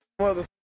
Mother